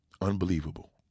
unbelievable